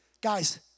Guys